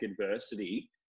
adversity